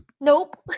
Nope